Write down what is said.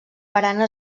barana